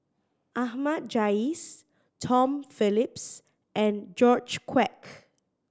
Ahmad Jais Tom Phillips and George Quek